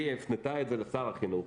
היא הפנתה את זה לשר החינוך,